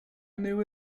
knew